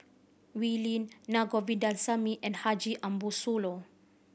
Wee Lin Na Govindasamy and Haji Ambo Sooloh